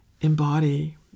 embody